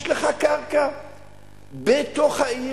יש לך קרקע בתוך העיר.